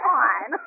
on